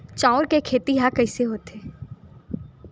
चांउर के खेती ह कइसे होथे?